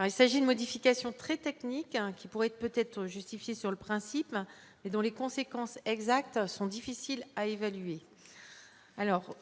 il s'agit de modifications très technique, hein, qui pourrait peut-être justifier sur le principe, mais dont les conséquences exactes sont difficiles à évaluer, alors on